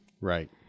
Right